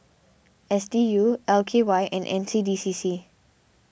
S D U L K Y and N C D C C